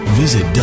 visit